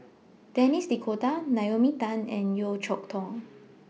Denis D'Cotta Naomi Tan and Yeo Cheow Tong